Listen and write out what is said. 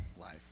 life